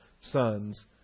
sons